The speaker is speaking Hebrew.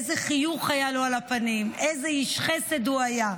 איזה חיוך היה לו על הפנים, איזה איש חסד הוא היה.